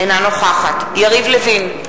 אינה נוכחת יריב לוין,